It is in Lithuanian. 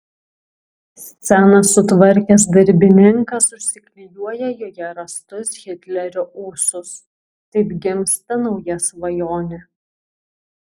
sceną sutvarkęs darbininkas užsiklijuoja joje rastus hitlerio ūsus taip gimsta nauja svajonė